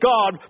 God